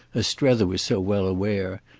strether was so well aware,